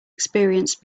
experienced